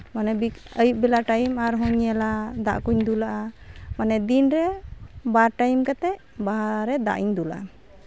ᱢᱟᱱᱮ ᱟᱹᱭᱩᱵ ᱵᱮᱞᱟ ᱴᱟᱭᱤᱢ ᱟᱨᱦᱚᱸᱧ ᱧᱮᱞᱟ ᱫᱟᱜ ᱠᱚᱧ ᱫᱩᱞᱟᱜᱼᱟ ᱢᱟᱱᱮ ᱫᱤᱱ ᱨᱮ ᱵᱟᱨ ᱴᱟᱭᱤᱢ ᱠᱟᱛᱮᱫ ᱵᱟᱦᱟᱨᱮ ᱫᱟᱜ ᱤᱧ ᱫᱩᱞᱟᱜᱼᱟ